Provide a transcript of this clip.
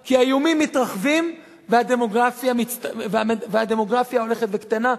כי האיומים מתרחבים והדמוגרפיה הולכת וקטנה,